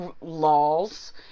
laws